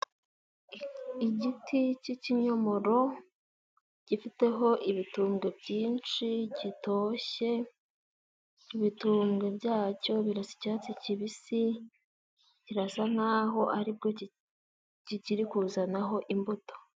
Igiti cy'ikinyomoro, gifiteho ibitubwe byinshi gitoshye, ibitumbwe byacyo birasa icyatsi kibisi kirasa nkaho aribwo kikiri kuzanaho imbuto.